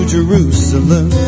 Jerusalem